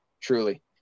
Truly